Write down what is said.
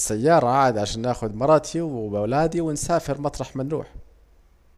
السيارة عاد عشان اخد مرتي وولادي ونسافر عاد مطرح ما نروح